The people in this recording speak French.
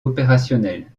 opérationnelle